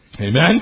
Amen